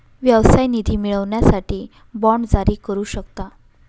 व्यवसाय निधी मिळवण्यासाठी बाँड जारी करू शकता